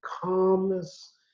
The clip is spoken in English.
calmness